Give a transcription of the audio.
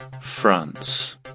France